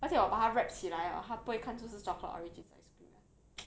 而且我把他 wrap 起来 liao 他不会看出是 Chocolate Origins ice cream 的